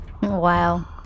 wow